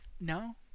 No